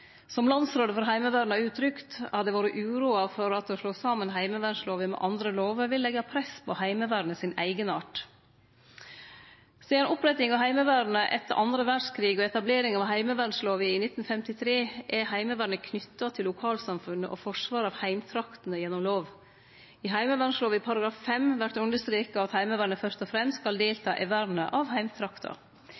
Som Landsrådet for Heimevernet har uttrykt, har dei vore uroa for at å slå saman heimevernlova med andre lover vil leggje press på Heimevernets eigenart. Sidan opprettinga av Heimevernet etter den andre verdskrigen og etableringa av heimevernlova i 1953 er Heimevernet knytt til lokalsamfunnet og forsvar av heimtraktene gjennom lov. I heimevernlova § 1 vert det understreka at Heimevernet fyrst og fremst skal